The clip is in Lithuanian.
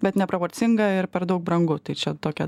bet neproporcinga ir per daug brangu tai čia tokia